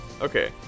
Okay